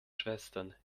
schwestern